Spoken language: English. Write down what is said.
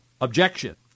objection